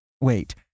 Wait